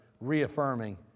reaffirming